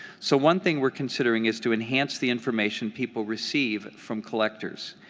so one thing we are considering is to enhance the information people receive from collectors.